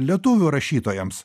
lietuvių rašytojams